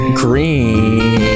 green